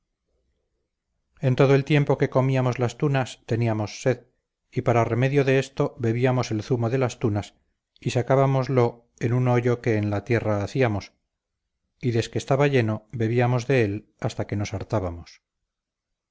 en todo el tiempo que comíamos las tunas teníamos sed y para remedio de esto bebíamos el zumo de las tunas y sacábamoslo en un hoyo que en la tierra hacíamos y desque estaba lleno bebíamos de él hasta que nos hartábamos